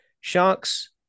Sharks